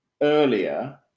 earlier